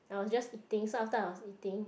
I was just eating so after I was eating